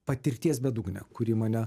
patirties bedugnė kuri mane